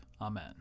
Amen